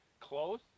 close